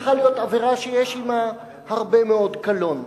צריכה להיות עבירה שיש עמה הרבה מאוד קלון.